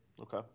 Okay